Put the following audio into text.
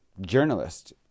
journalist